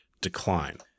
decline